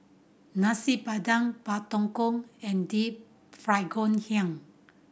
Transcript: Nasi Padang Pak Thong Ko and Deep Fried Ngoh Hiang